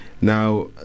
Now